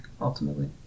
ultimately